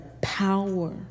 power